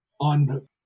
on